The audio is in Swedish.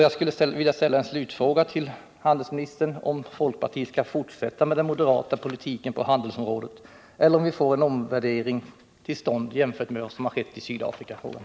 Jag skulle vilja ställa en slutfråga till handelsministern: Skall folkpartiet fortsätta med den moderata handelspolitiken, eller kommer det att bli en omvärdering, jämförd med den som skett i Sydafrikafrågan?